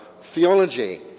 theology